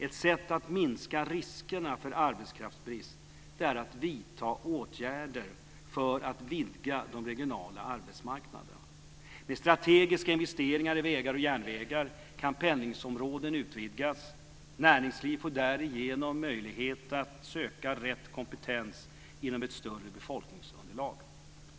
Ett sätt att minska riskerna för arbetskraftsbrist är att vidta åtgärder för att vidga de regionala arbetsmarknaderna. Med strategiska investeringar i vägar och järnvägar kan pendlingsområden utvidgas. Näringslivet får därigenom möjlighet att söka rätt kompetens inom ett större befolkningsunderlag.